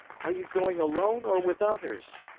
are you going alone or with others?